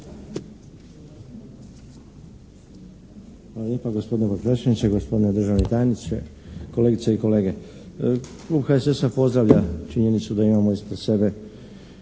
Hvala lijepa gospodine potpredsjedniče. Gospodine državni tajniče, kolegice i kolege. Klub HSS-a pozdravlja činjenicu da imamo ispred sebe